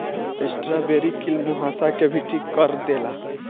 strawberry कील मुंहासा के भी ठीक कर देला